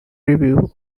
review